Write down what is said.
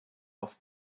off